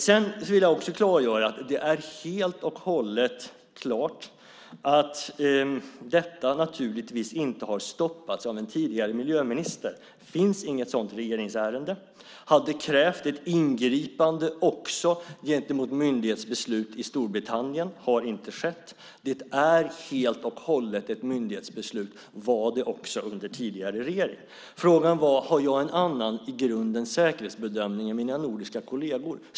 Sedan vill jag också klargöra att detta naturligtvis inte har stoppats av en tidigare miljöminister. Det finns inget sådant regeringsärende. Det hade också krävt ett ingripande gentemot myndighetsbeslut i Storbritannien. Det har inte skett. Det är helt och hållet ett myndighetsbeslut och var det också under tidigare regering. Frågan var: Har jag en i grunden annan säkerhetsbedömning än mina nordiska kolleger?